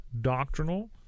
doctrinal